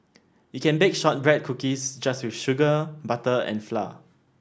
you can bake shortbread cookies just with sugar butter and flour